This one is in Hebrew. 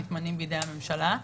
מתמנים בידי הממשלה.